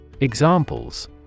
Examples